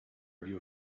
review